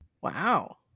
Wow